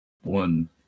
One